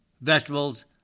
vegetables